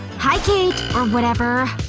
hi kate or whatever